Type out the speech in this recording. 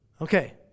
Okay